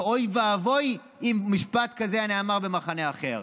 ואוי ואבוי אם משפט כזה היה נאמר במחנה אחר,